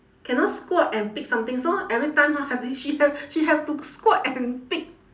cannot squat and pick something so every time ha have to she ha~ she have to squat and pick